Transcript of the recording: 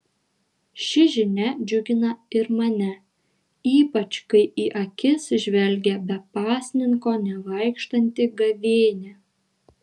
ši žinia džiugina ir mane ypač kai į akis žvelgia be pasninko nevaikštanti gavėnia